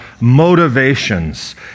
motivations